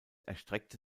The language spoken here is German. erstreckte